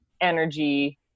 energy